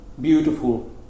Beautiful